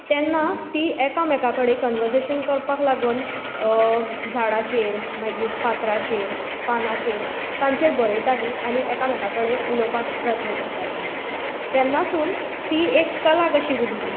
तेन्ना तीं एकामेका कडेन कनवर्झेशन करपाक लागून झाडाचेर मागीर फातराचेर पानांचेर तांचेर बरयतालीं आनी एकामेका कडेन उलोवपाक प्रयत्न करतालीं तेन्ना सून ती एक कला कशी उरली